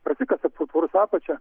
prasikasa pro tvoros apačią